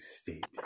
state